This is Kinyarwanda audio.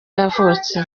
yavutse